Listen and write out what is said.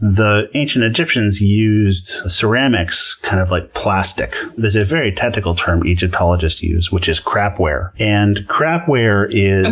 the ancient egyptians used ceramics kind of like plastic. there's a very technical term egyptologists use, which is crapware. and crapware is